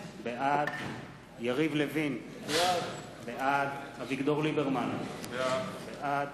בעד יריב לוין, בעד אביגדור ליברמן, בעד